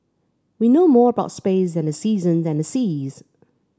we know more about space than the seasons and the seas